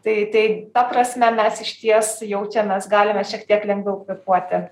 tai tai ta prasme mes išties jaučiamės galime šiek tiek lengviau kvėpuoti